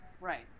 Right